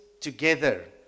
together